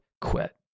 quit